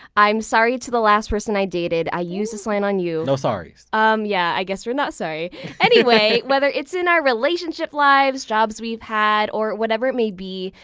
i'm sorry to the last person i dated. i used this line on you no sorries um yeah, i guess we're not sorry! anyways, whether it's in our relationship lives, jobs we've had or whatever it may be,